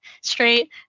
straight